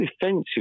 defensive